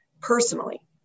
personally